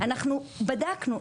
אנחנו בדקנו,